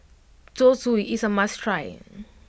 Zosui is a must try